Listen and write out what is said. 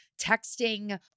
texting